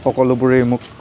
সকলোবোৰেই মোক